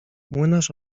młynarz